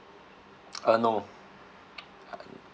uh no